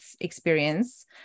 experience